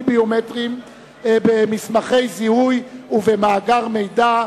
ביומטריים במסמכי זיהוי ובמאגר מידע,